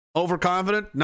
overconfident